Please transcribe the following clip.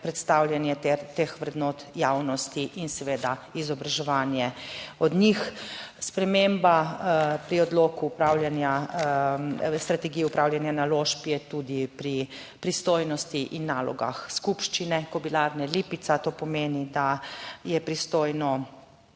predstavljanje teh vrednot javnosti in seveda izobraževanje od njih. Sprememba pri odloku strategije upravljanja naložb je tudi pri pristojnosti in nalogah skupščine Kobilarne Lipica. To pomeni, da naloge